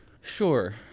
Sure